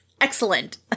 Excellent